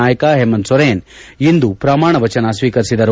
ನ ನಾಯಕ ಹೇಮಂತ್ ಸೊರೇನ್ ಇಂದು ಪ್ರಮಾಣ ವಚನ ಸ್ವೀಕರಿಸಿದರು